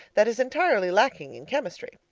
that is entirely lacking in chemistry.